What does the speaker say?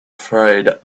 afraid